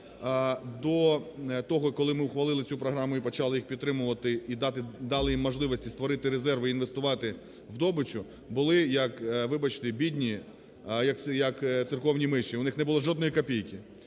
до того, коли ми ухвалили цю програму і почали їх підтримувати, і дали їм можливість створити резерв і інвестувати у добичу, були, вибачте, бідні як церковні миші, у них не було жодної копійки.